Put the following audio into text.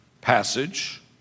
passage